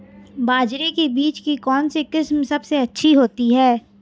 बाजरे के बीज की कौनसी किस्म सबसे अच्छी होती है?